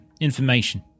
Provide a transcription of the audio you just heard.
information